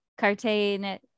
Cartain